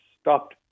stopped